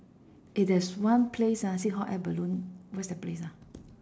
eh there's one place ah see hot air balloon where's the place ah